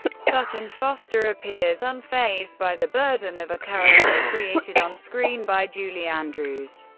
sutton foster appears unfazed by the burden of a character created onscreen by julie andrews.